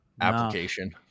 application